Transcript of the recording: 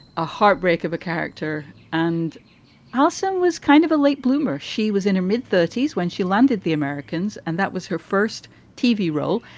a heartbreak of a character. and allison was kind of a late bloomer. she was in her mid thirty s when she landed the americans, and that was her first tv role.